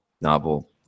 novel